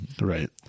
Right